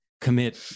commit